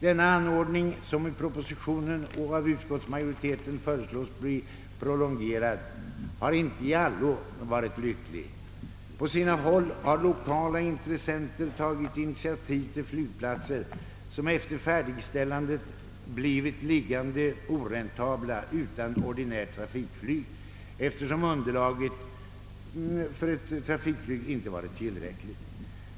Denna anordning som i propositionen och av utskottsmajoriteten föreslås bli prolongerad har inte i allo varit rimlig. På sina håll har lokala intressenter tagit initiativ till flygplatser som efter färdigställandet blivit liggande oräntabla utan ordinärt trafikflyg, därför att underlaget för ett trafikflyg inte varit tillräckligt.